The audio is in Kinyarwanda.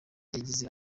yagize